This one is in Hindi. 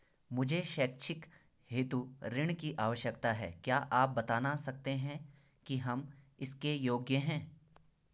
मुझे शैक्षिक हेतु ऋण की आवश्यकता है क्या आप बताना सकते हैं कि हम इसके योग्य हैं?